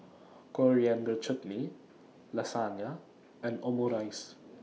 Coriander Chutney Lasagne and Omurice